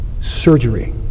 surgery